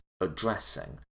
addressing